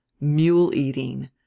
mule-eating